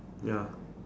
ya